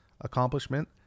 accomplishment